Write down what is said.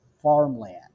farmland